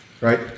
Right